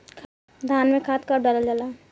धान में खाद कब डालल जाला?